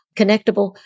Connectable